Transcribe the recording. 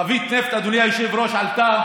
חבית נפט, אדוני היושב-ראש, עלתה